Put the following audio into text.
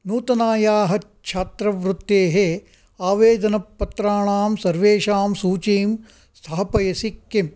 नूतनायाः छात्रवृत्तेः आवेदनपत्राणां सर्वेषां सूचीं स्थापयसि किम्